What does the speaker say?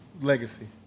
legacy